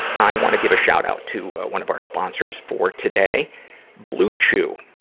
i wanna give a shout-out to, ah, one of our sponsors for today blue chew.